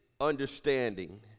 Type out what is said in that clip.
understanding